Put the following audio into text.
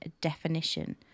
definition